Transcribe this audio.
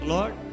Lord